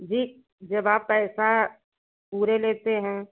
जी जब आप पैसा पूरे लेते हैं